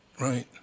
Right